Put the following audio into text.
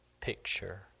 picture